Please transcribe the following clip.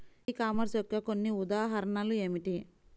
E commerce యొక్క కొన్ని ఉదాహరణలు ఏమిటి?